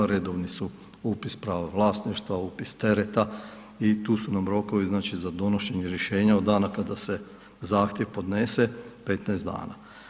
Redovni su upis prava vlasništva, upis tereta i tu su nam rokovi znači za donošenje rješenja od dana kada se zahtjev podnese 15 dana.